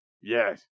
Yes